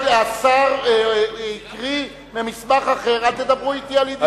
השר הקריא ממסמך אחר, אל תדברו אתי על אי-דיוקים.